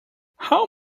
how